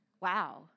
Wow